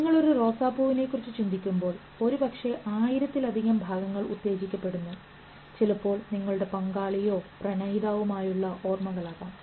നിങ്ങൾ ഒരു റോസാപ്പൂവിനെ കുറിച്ച് ചിന്തിക്കുമ്പോൾ ഒരുപക്ഷേ ആയിരത്തിലധികം ഭാഗങ്ങൾ ഉത്തേജിക്കപ്പെടുന്നു ചിലപ്പോൾ നിങ്ങളുടെ പങ്കാളിയോ പ്രണയിതാവ്മായുള്ള ഓർമ്മകൾ ആകാം